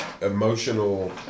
emotional